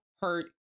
hurt